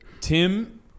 Tim